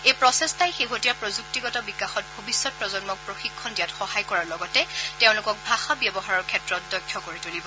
এই প্ৰচেষ্টাই শেহতীয়া প্ৰযুক্তিগত বিকাশত ভৱিষ্যৎ প্ৰজন্মক প্ৰশিক্ষণ দিয়াত সহায় কৰাৰ লগতে তেওঁলোকক ভাষা ব্যৱহাৰৰ ক্ষেত্ৰত দক্ষ কৰি তুলিব